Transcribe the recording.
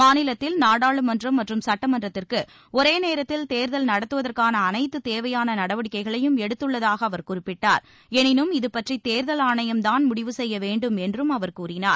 மாநிலத்தில் நாடாளுமன்றம் மற்றம் சட்டமன்றத்திற்கு ஒரே நேரத்தில் தேர்தல் நடத்துவதற்கான அனைத்து தேவையான நடவடிக்கைகளையும் எடுத்துள்ளதாக அவர் குறிப்பிட்டார் எளினும் இதுபற்றி தேர்தல் ஆணையம்தான் முடிவு செய்ய வேண்டும் என்று அவர் கூறினார்